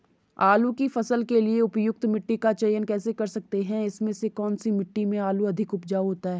आलू की फसल के लिए उपयुक्त मिट्टी का चयन कैसे कर सकते हैं इसमें से कौन सी मिट्टी में आलू अधिक उपजाऊ होता है?